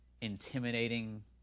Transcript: intimidating